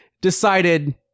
decided